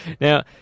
Now